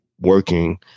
working